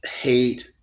hate